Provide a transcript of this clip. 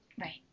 Right